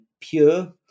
pure